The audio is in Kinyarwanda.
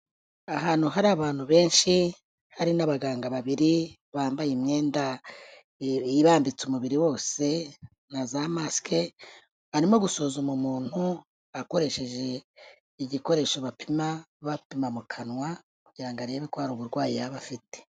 Ahantu hari abantu benshi, hari n'abaganga babiri, bambaye imyenda ibambitse umubiri wose, na za masike, arimo gusuzuma umuntu, akoresheje igikoresho bapima, bapima mu kanwa, kugira ngo arebe ko hari uburwayi yaba afite.